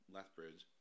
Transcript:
Lethbridge